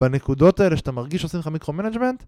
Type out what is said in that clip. בנקודות האלה שאתה מרגיש שעושים לך מיקרו מנג'מנט?